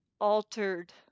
altered